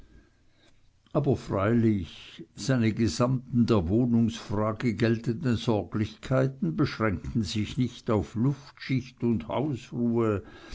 aber freilich seine der gesamten wohnungsfrage geltenden sorglichkeiten beschränkten sich nicht auf luftschicht und hausruhe